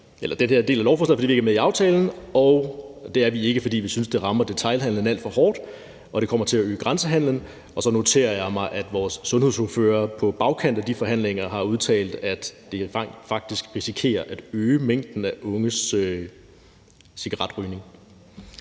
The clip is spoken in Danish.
er med i aftalen, og det er vi ikke, fordi vi synes, det rammer detailhandelen alt for hårdt, og det kommer til at øge grænsehandelen. Og så noterer jeg mig, at vores sundhedsordfører på bagkant af de forhandlinger har udtalt, at det faktisk risikerer at øge omfanget af unges cigaretrygning.